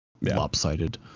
Lopsided